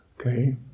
Okay